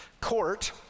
court